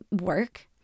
work